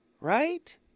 right